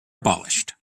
abolished